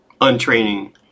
untraining